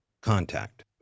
Contact